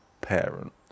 parent